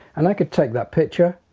and i could take that picture